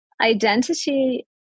identity